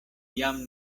jam